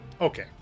Okay